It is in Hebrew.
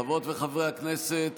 חברות וחברי הכנסת,